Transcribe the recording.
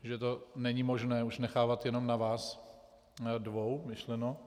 Že to není možné nechávat už jenom na vás dvou myšleno.